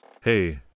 Hey